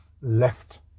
left